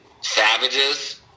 Savages